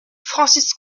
francis